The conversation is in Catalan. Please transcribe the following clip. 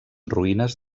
ruïnes